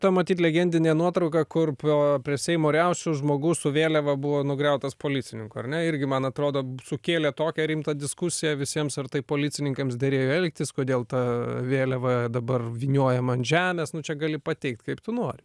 ta matyt legendinė nuotrauka kur po prie seimo riaušių žmogus su vėliava buvo nugriautas policininko ar ne irgi man atrodo sukėlė tokią rimtą diskusiją visiems ar taip policininkams derėjo elgtis kodėl ta vėliava dabar vyniojama ant žemės nu čia gali pateikt kaip tu nori